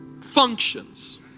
functions